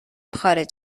خارج